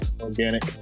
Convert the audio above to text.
Organic